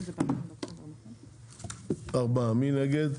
מי נגד?